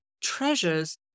treasures